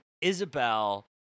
Isabel